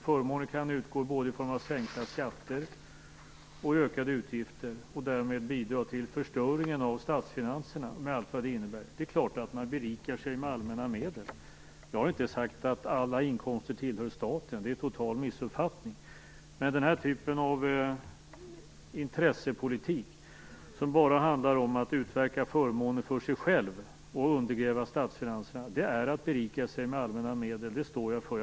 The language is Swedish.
Förmåner kan utgå både i form av sänkta skatter och ökade utgifter och därmed bidra till förstöringen av statsfinanserna med allt vad det innebär. Det är klart att man berikar sig med allmänna medel. Jag har inte sagt att alla inkomster tillhör staten. Det är en total missuppfattning. Men den här typen av intressepolitik som bara handlar om att utverka förmåner för sig själv och undergräva statsfinanserna är att berika sig med allmänna medel. Det står jag för.